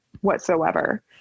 whatsoever